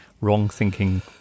wrong-thinking